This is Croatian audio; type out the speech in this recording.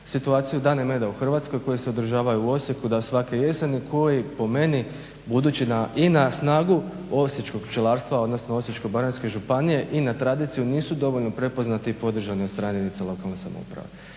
situaciju Dani meda u Hrvatskoj koje se održavaju u Osijeku da svake jeseni koji po meni budući i na snagu osječkog pčelarstva odnosno Osječko-baranjske županije i na tradiciju nisu dovoljno prepoznati i podržani od strane jedinica lokalne samouprave.